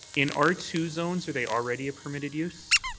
in r two zones are they already a permitted use?